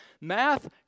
math